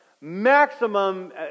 maximum